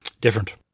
different